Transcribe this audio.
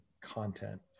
content